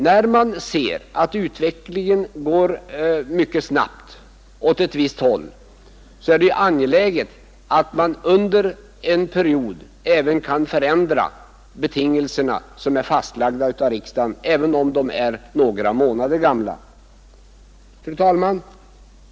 När man ser att utvecklingen går mycket snabbt åt ett visst håll är det angeläget att man under pågående period kan förändra bestämmelser som är fastlagda av riksdagen, även om de bara är några månader gamla. Fru talman!